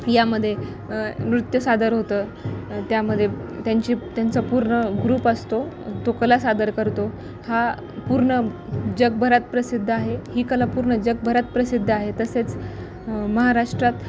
यामध्ये नृत्य सादर होतं त्यामध्ये त्यांची त्यांचा पूर्ण ग्रुप असतो तो कला सादर करतो हा पूर्ण जगभरात प्रसिद्ध आहे ही कला पूर्ण जगभरात प्रसिद्ध आहे तसेच महाराष्ट्रात